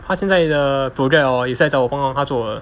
他现在的 project hor 也是来找我帮他做的